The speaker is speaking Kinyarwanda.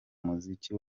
muziki